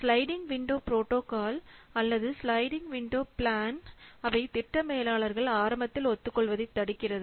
sliding window protocol அல்லது sliding window plan அவை திட்ட மேலாளர்கள் ஆரம்பத்தில் ஒத்துக் கொள்வதை தடுக்கிறது